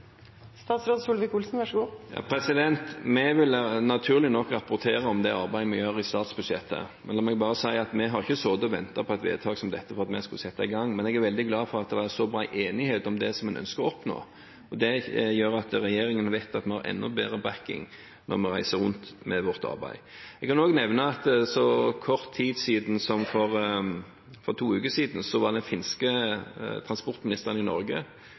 Vi vil naturlig nok rapportere om det arbeidet vi gjør i statsbudsjettet. La meg bare si at vi har ikke sittet og ventet på et vedtak som dette for at vi skulle sette i gang, men jeg er veldig glad for at det er så bred enighet om det som en ønsker å oppnå. Det gjør at regjeringen vet at vi har enda bedre backing når vi reiser rundt med vårt arbeid. Jeg vil også nevne at for kort tid siden – to uker – var den finske transportministeren i Norge.